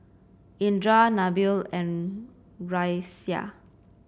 Indra Nabil and Raisya